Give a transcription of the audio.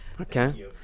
Okay